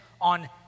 on